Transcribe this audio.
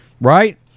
right